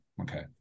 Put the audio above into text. Okay